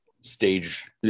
stage